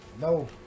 no